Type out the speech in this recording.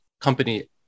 company